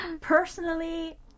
Personally